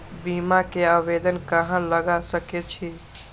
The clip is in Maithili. बीमा के आवेदन कहाँ लगा सके छी?